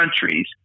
countries